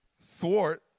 thwart